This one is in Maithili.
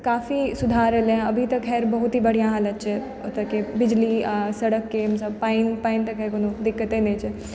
काफी सुधार एलए हँ अभी तक खैर बहुत ही बढिआँ हालत छै एतए के बिजली आ सड़कके पानि पानिके तऽ खैर कोनो दिक्कते नहि छै